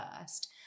first